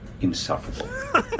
insufferable